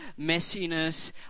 messiness